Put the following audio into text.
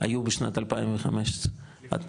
היו בשנת 2015. לקשישים.